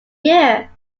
year